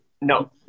no